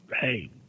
Hey